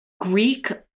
Greek